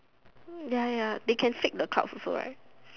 ya ya ya they can fake the clouds also right